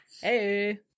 Hey